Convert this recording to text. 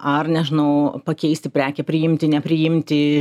ar nežinau pakeisti prekę priimti nepriimti